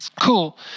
Cool